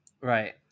right